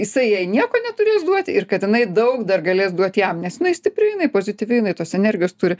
jisai jai nieko neturės duot ir kad jinai daug dar galės duot jam nes jinai stipri jinai pozityvi jinai tos energijos turi